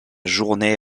journée